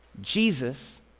Jesus